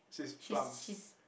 she's she's